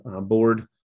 board